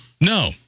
no